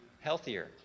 healthier